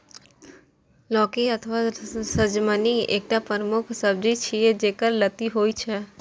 लौकी अथवा सजमनि एकटा प्रमुख सब्जी छियै, जेकर लत्ती होइ छै